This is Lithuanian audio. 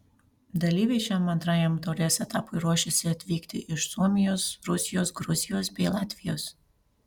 dalyviai šiam antrajam taurės etapui ruošiasi atvykti iš suomijos rusijos gruzijos bei latvijos